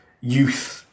youth –